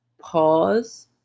pause